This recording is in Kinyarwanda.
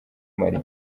mali